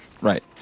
right